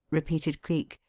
repeated cleek.